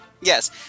Yes